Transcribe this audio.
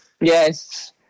yes